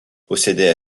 possédait